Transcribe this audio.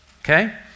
okay